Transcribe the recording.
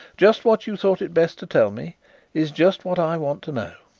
just what you thought it best to tell me is just what i want to know.